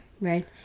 Right